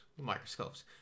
microscopes